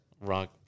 Rock